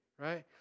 right